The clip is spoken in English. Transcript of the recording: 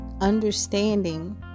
understanding